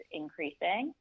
increasing